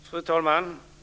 Fru talman!